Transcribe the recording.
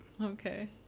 Okay